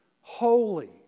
Holy